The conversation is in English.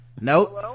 Nope